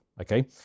okay